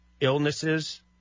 illnesses